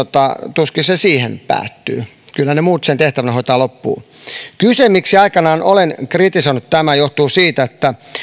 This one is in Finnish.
tuskin se siihen päättyy kyllähän ne muut sen tehtävän hoitavat loppuun se miksi aikanaan olen kritisoinut tätä johtuu siitä että